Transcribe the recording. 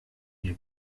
mir